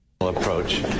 Approach